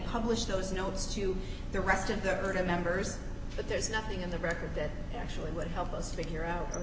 published those notes to the rest of the early members but there's nothing in the record that actually would help us figure out